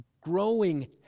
growing